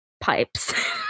pipes